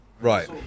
Right